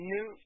New